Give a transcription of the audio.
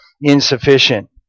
insufficient